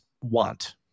want